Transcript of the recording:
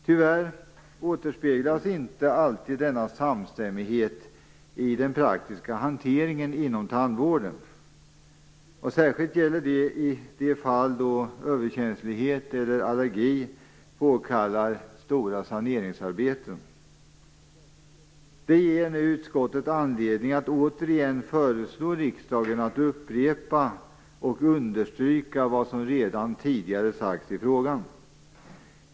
Tyvärr återspeglas inte alltid denna samstämmighet i den praktiska hanteringen inom tandvården. Det gäller särskilt i de fall då överkänslighet eller allergi påkallar stora saneringsarbeten. Det ger nu utskottet anledning att återigen föreslå riksdagen att upprepa och understryka vad som redan tidigare sagts i frågan.